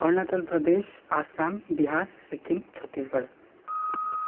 Arunachal Pradesh Assam Bihar Sikkim Chhattisgarh